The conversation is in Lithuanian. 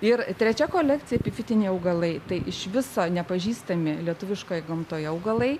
ir trečia kolekcija epifitiniai augalai tai iš viso nepažįstami lietuviškoj gamtoje augalai